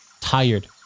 tired